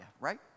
right